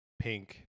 pink